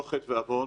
לא חטא ועוון,